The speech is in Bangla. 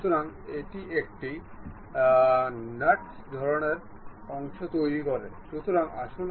সুতরাং আমি এই লিনিয়ার কাপলার প্রদর্শন করার জন্য অন্য চাকা প্রয়োজন